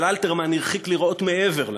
אבל אלתרמן הרחיק לראות מעבר להן,